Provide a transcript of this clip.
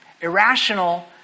Irrational